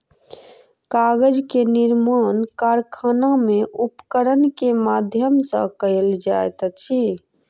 कागज के निर्माण कारखाना में उपकरण के माध्यम सॅ कयल जाइत अछि